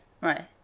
Right